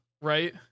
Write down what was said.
Right